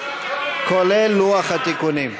כולל לוח התיקונים.